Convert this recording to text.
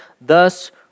thus